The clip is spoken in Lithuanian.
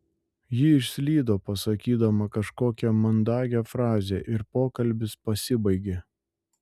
ji išslydo pasakydama kažkokią mandagią frazę ir pokalbis pasibaigė